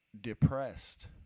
depressed